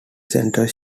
center